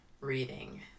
reading